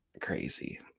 crazy